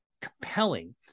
compelling